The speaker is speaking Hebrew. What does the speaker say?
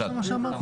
בסדר-היום.